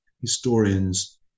Historians